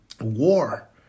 war